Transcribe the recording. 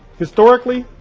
historically,